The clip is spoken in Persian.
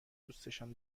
دوستشان